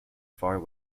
far